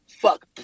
Fuck